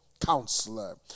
Counselor